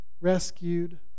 rescued